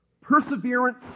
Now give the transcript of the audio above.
Perseverance